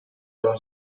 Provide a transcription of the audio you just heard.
non